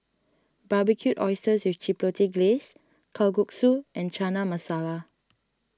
Barbecued Oysters with Chipotle Glaze Kalguksu and Chana Masala